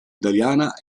italiana